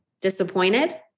disappointed